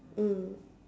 mm